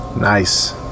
Nice